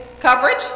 coverage